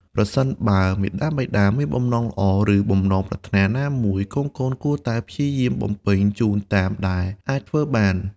ប្រសិនបើមាតាបិតាមានបំណងល្អ ឬបំណងប្រាថ្នាណាមួយ កូនៗគួរតែព្យាយាមបំពេញជូនតាមដែលអាចធ្វើបាន។